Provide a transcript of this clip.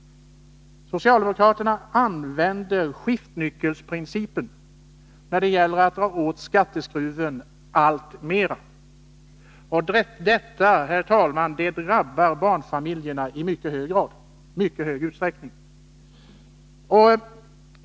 Socialdemokraterna använder skiftnyckelsprincipen när det gäller att dra åt skatteskruven alltmer. Och detta, herr talman, drabbar barnfamiljerna i mycket stor utsträckning.